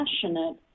passionate